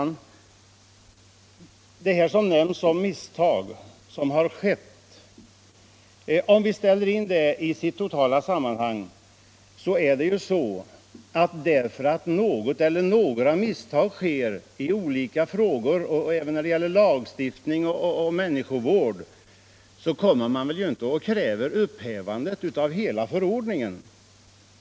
Herr talman! Det som nämns om misstag som har gjorts bör vi ställa in i det totala sammanhanget. Därför att något eller några misstag görs i olika frågor och även när det gäller lagstiftning och människovård, kommer man ju inte och kräver upphävande av hela förordningen.